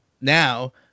now